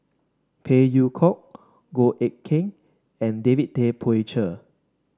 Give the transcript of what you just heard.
Phey Yew Kok Goh Eck Kheng and David Tay Poey Cher